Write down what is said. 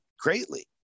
greatly